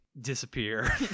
Disappear